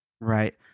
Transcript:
Right